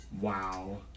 Wow